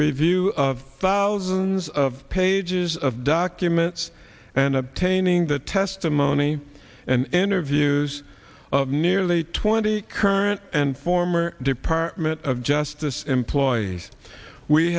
review of thousands of pages of documents and obtaining the testimony and interviews of nearly twenty current and former department of justice employees we